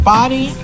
body